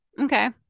Okay